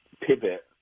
pivot